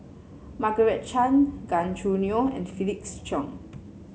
Margaret Chan Gan Choo Neo and Felix Cheong